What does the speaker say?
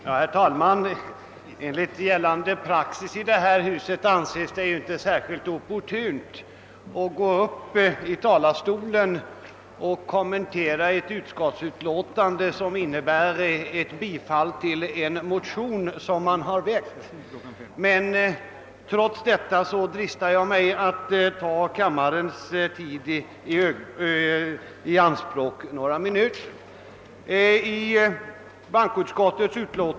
Herr talman! Enligt praxis i detta hus anses det ju inte särskilt opportunt att gå upp i talarstolen och kommentera ett utlåtande som innebär bifall till en motion som man har väckt. Trots detta dristar jag mig att ta kammarens tid i anspråk några minuter.